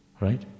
Right